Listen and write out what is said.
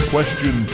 Question